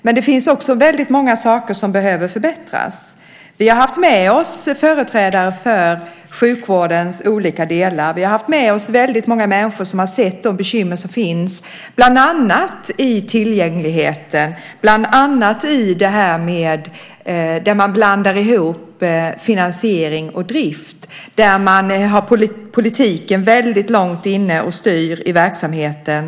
Men det finns också många saker som behöver förbättras. Vi har haft med oss företrädare för sjukvårdens olika delar. Vi har haft med oss många människor som har sett de bekymmer som finns bland annat i tillgängligheten och i hopblandningen av finansiering och drift. Där har man politiken med och styr långt in i verksamheten.